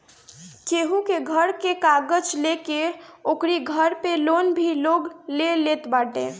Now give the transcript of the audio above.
केहू के घर के कागज लेके ओकरी घर पे लोन भी लोग ले लेत बाटे